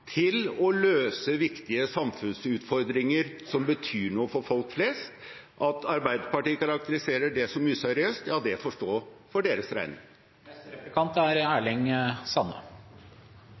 til å løse viktige samfunnsutfordringer som betyr noe for folk flest. At Arbeiderpartiet karakteriserer det som useriøst, ja, det får stå for deres regning. Når ein spør folk om kva som verkeleg er